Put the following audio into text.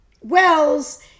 wells